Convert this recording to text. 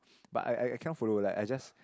but I I cannot follow like I just